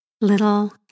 Little